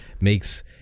makes